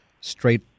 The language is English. straight